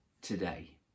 today